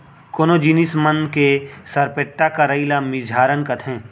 कोनो जिनिस मन के सरपेट्टा करई ल मिझारन कथें